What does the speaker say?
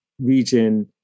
region